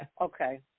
Okay